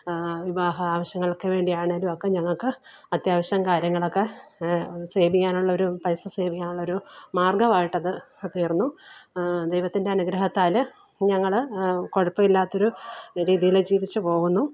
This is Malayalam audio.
വിവാഹ ആവിശ്യങ്ങള്ക്ക് വേണ്ടിയാണെങ്കിലും ഒക്കെ ഞങ്ങൾക്ക് അത്യാവശ്യം കാര്യങ്ങളൊക്കെ സേവ് ചെയ്യാനുള്ളൊരു പൈസ സേവ് ചെയ്യാനുള്ളൊരു മാര്ഗ്ഗമായിട്ടത് തീർന്നു ദൈവത്തിന്റെ അനുഗ്രഹത്താൽ ഞങ്ങൾ കുഴപ്പമില്ലാത്തൊരു രീതിയിൽ ജീവിച്ചു പോകുന്നു